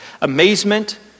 amazement